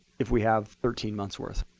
if we have thirteen months worth?